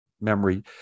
Memory